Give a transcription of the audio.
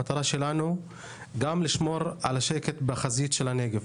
המטרה שלנו גם לשמור על השקט בחזית של הנגב.